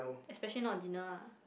especially not dinner ah